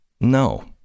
No